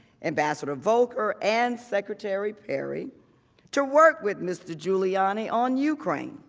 and sort of volker, and secretary perry to work with mr. giuliani on ukraine.